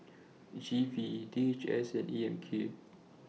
G V D H S and A M K